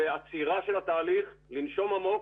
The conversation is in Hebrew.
ועצירה של התהליך, לנשום עמוק,